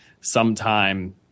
sometime